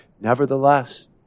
Nevertheless